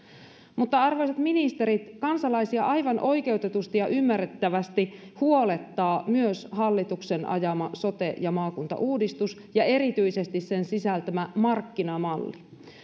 mutta arvoisa ministerit kansalaisia aivan oikeutetusti ja ymmärrettävästi huolettaa myös hallituksen ajama sote ja maakuntauudistus ja erityisesti sen sisältämä markkinamalli